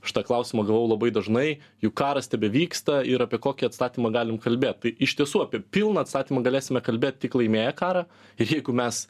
štą klausimą gavau labai dažnai juk karas tebevyksta ir apie kokį atstatymą galim kalbėt tai iš tiesų apie pilną atstatymą galėsime kalbėt tik laimėję karą ir jeigu mes